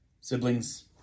Siblings